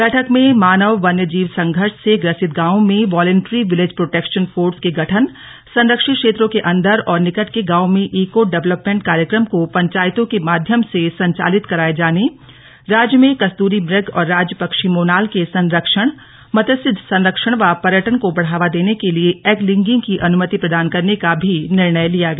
बैठक में मानव वन्य जीव संघर्ष से ग्रसित गांवों में वॉलेंट्री विलेज प्रोटेक्शन फोर्स के गठन संरक्षित क्षेत्रों के अन्दर और निकट के गांवों में ईको डेवलपमेंट कार्यक्रम को पंचायतों के माध्यम से संचालित कराये जाने राज्य में कस्तूरी मृग और राज्य पक्षी मोनाल के संरक्षण मत्स्य संरक्षण व पर्यटन को बढ़ावा देने के लिए एंगलिंग की अनुमति प्रदान करने का भी निर्णय लिया गया